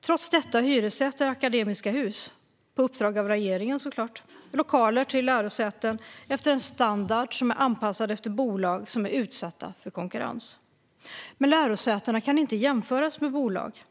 Trots det hyressätter Akademiska Hus, på uppdrag av regeringen såklart, lokaler till lärosäten utefter en standard som är anpassad för bolag som är utsatta för konkurrens. Men lärosätena kan inte jämföras med bolag.